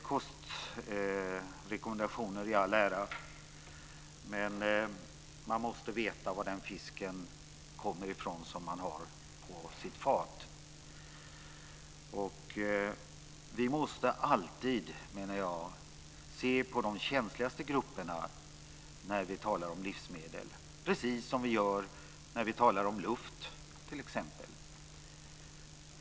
Kostrekommendationer i all ära - man måste veta varifrån den fisk som man har på sitt fat kommer. Jag menar att vi alltid måste se till de känsligaste grupperna när vi talar om livsmedel, precis som vi gör när vi t.ex. talar om luften.